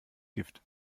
gift